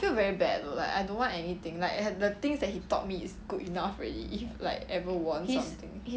I feel very bad like I don't want anything like the things that he taught me is good enough already if like ever won something